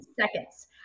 Seconds